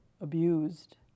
abused